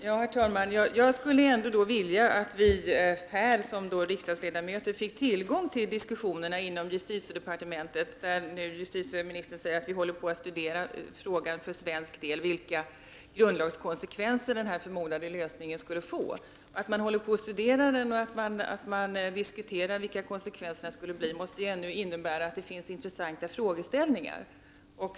Herr talman! Jag skulle ändå vilja att vi här i egenskap av riksdagsledamöter fick information om diskussionerna inom justitiedepartementet. Justitieministern säger nu att man på justitiedepartementet håller på att studera vilka grundlagskonsekvenser den här förmodade lösningen skulle få för svensk del. Att man håller på att studera frågan och diskuterar vilka konsekvenserna skulle bli måste ju ändå innebära att det finns intressanta frågeställningar.